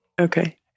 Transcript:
okay